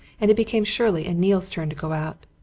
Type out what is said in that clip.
and it became shirley and neale's turn to go out.